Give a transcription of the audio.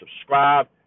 subscribe